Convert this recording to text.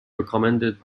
recommended